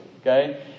Okay